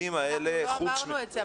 אנחנו לא אמרנו את זה,